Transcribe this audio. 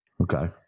Okay